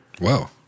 Wow